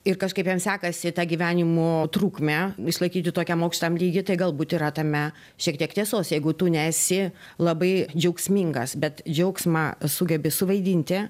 ir kažkaip jiem sekasi tą gyvenimo trukmę išlaikyti tokiam aukštam lygy tai galbūt yra tame šiek tiek tiesos jeigu tu nesi labai džiaugsmingas bet džiaugsmą sugebi suvaidinti